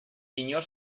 inor